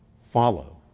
follow